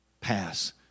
pass